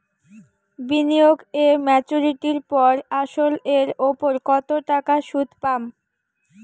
বিনিয়োগ এ মেচুরিটির পর আসল এর উপর কতো টাকা সুদ পাম?